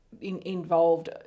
involved